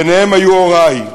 ביניהם היו הורי,